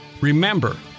Remember